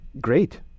Great